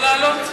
לא לעלות?